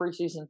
preseason